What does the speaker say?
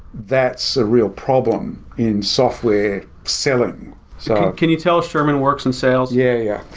that's a real problem in software selling so can you tell us, sherman works in sales yeah, yeah,